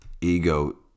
ego